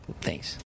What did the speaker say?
Thanks